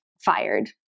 fired